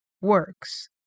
works